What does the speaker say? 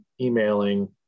emailing